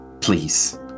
Please